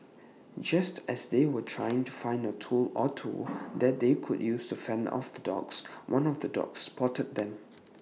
just as they were trying to find A tool or two that they could use to fend off the dogs one of the dogs spotted them